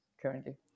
currently